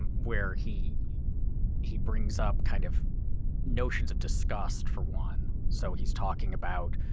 um where he he brings up kind of notions of disgust for one. so he's talking about